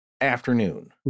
afternoon